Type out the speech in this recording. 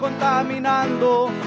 contaminando